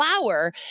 flower